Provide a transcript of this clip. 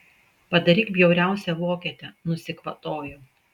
padaryk bjauriausią vokietę nusikvatojo